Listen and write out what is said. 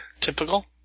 Typical